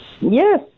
yes